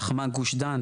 תחמ"ג גוש דן.